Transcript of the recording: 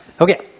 okay